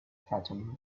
fatima